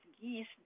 geese